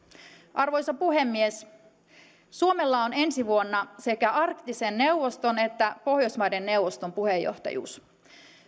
arvoisa puhemies suomella on ensi vuonna sekä arktisen neuvoston että pohjoismaiden neuvoston puheenjohtajuus